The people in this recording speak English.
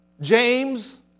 James